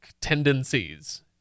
tendencies